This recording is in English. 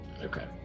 Okay